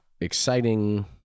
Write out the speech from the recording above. exciting